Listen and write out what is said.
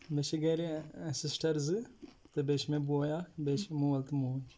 مےٚ چھِ گَرِ سِسٹَر زٕ تہٕ بیٚیہِ چھُ مےٚ بوے اکھ بیٚیہِ چھِ مول تہٕ موج